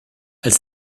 als